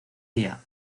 día